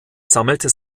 sammelte